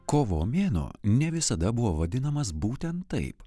kovo mėnuo ne visada buvo vadinamas būtent taip